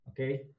Okay